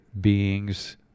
beings